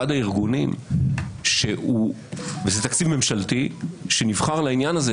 זה תקציב ממשלתי שנבחר לעניין הזה.